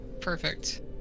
Perfect